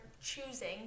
choosing